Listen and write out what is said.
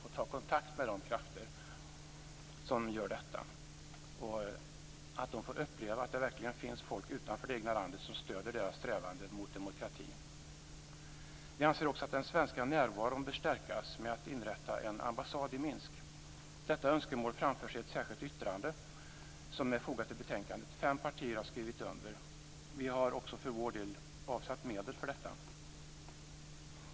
Vi bör ta kontakt med dessa krafter så att de får uppleva att det verkligen finns folk utanför det egna landet som stöder deras strävanden mot demokrati. Vi anser också att den svenska närvaron bör stärkas genom att man inrättar en ambassad i Minsk. Detta önskemål framförs i ett särskilt yttrande som är fogat till betänkandet. Fem partier har skrivit under. Vi för vår del har också avsatt medel för detta.